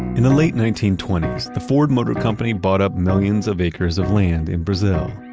in the late nineteen twenty s, the ford motor company bought up millions of acres of land in brazil.